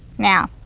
now,